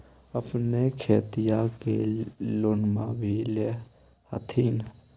अपने खेतिया ले लोनमा भी ले होत्थिन?